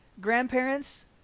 Grandparents